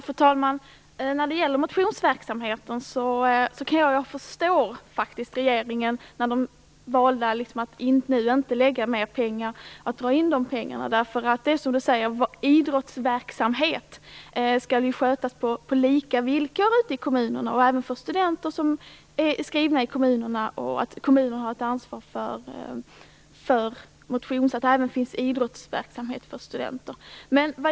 Fru talman! När det gäller motionsverksamheten kan jag förstå att regeringen, när den valde att inte lägga ut mer pengar, nu drar in pengarna. Som utbildningsministern säger skall idrottsverksamhet skötas på lika villkor i kommunerna, även för studenter som är skrivna i kommunerna. Kommunerna har ett ansvar för att det även finns idrottsverksamhet för studenter.